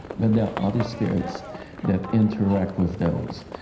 then there are other spirits that interact with those.